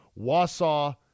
Wausau